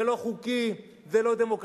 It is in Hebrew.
זה לא חוקי, זה לא דמוקרטי.